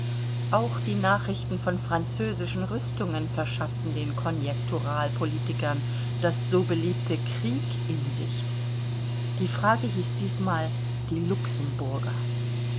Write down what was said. auch die nachrichten von französischen rüstungen verschafften den konjektural politikern das so beliebte krieg in sicht die frage hieß diesmal die luxemburger